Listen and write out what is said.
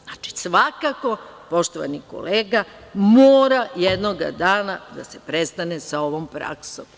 Znači, svakako, poštovani kolega, mora jednoga dana da se prestane sa ovom praksom.